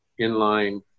inline